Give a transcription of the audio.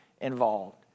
involved